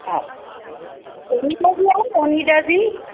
हा ओनिडा जी आहे ओनिडा जी